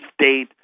state